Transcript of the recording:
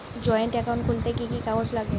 Joint account খুলতে কি কি কাগজ লাগবে?